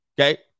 Okay